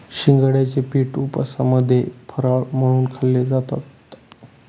शिंगाड्याचे पीठ उपवासामध्ये फराळ म्हणून खाल्ले जातात